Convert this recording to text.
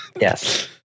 Yes